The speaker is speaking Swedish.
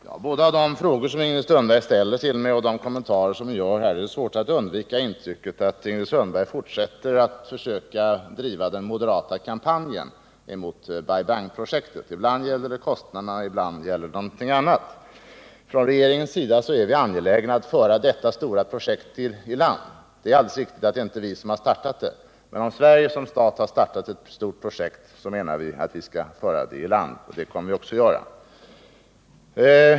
Herr talman! Både de frågor som Ingrid Sundberg ställer till mig och hennes kommentarer här gör det svårt att undgå intrycket att hon fortsätter att försöka driva den moderata kampanjen mot Bai Bang-projektet; ibland gäller det kostnaderna, ibland gäller det någonting annat. Från regeringens sida är vi angelägna att föra detta stora projekt i land. Det är alldeles riktigt att det inte är vi som har startat det, men om Sverige som stat har startat ett stort projekt menar vi att vi skall föra det i land, och det kommer vi också att göra.